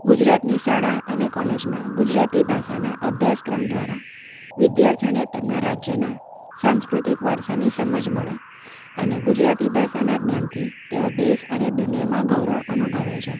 ગુજરાતની શાળા અને કોલેજમાં ગુજરાતી ભાષાના અભ્યાસક્રમ દ્વારા વિદ્યાર્થીઓને તેમના રાજ્યના સાંસ્કૃતિક વારસાની સમજ મળે અને ગુજરાતી ભાષાના જ્ઞાનથી તેઓ દેશ અને દુનિયામાં ગૌરવ અનુભવે છે